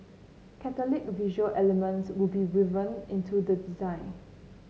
catholic visual elements will be woven into the design